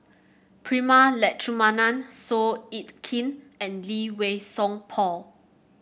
Prema Letchumanan Seow Yit Kin and Lee Wei Song Paul